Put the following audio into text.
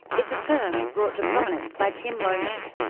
it's a term brought to prominence by tim lomas,